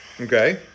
Okay